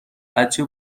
بچه